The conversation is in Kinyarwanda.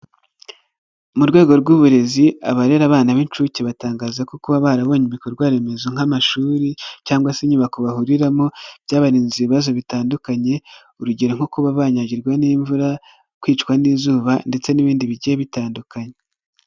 Mu rwego rw'uburezi abarera abana b'incuke batangaza ko kuba barabonye ibikorwaremezo nk'amashuri, cyangwa se inyubako bahuriramo, byabarinze ibibazo bitandukanye urugero nko kuba banyagirwa n'imvura, kwicwa n'izuba, ndetse n'ibindi bigiye bitandukanye.